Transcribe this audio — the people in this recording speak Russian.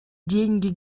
деньги